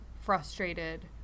frustrated